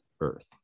earth